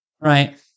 Right